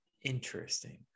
interesting